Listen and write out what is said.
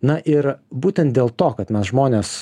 na ir būtent dėl to kad mes žmonės